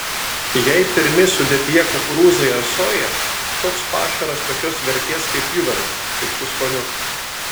jei pirmi sudėtyje kukurūzai ar soja toks pašaras tokios vertės kaip pjuvenos tik su skoniu